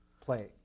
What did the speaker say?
play